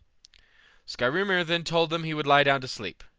skrymir then told them he would lie down to sleep.